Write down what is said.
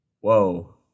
Whoa